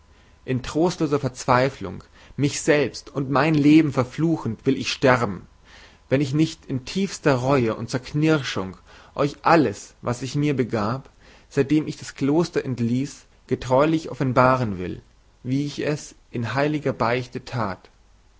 in trostloser verzweiflung mich selbst und mein leben verfluchend will ich sterben wenn ich nicht in tiefster reue und zerknirschung euch alles was sich mit mir begab seitdem ich das kloster verließ getreulich offenbaren will wie ich es in heiliger beichte tat